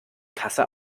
kasse